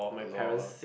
lol